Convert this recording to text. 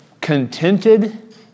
contented